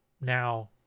Now